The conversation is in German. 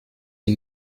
die